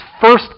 first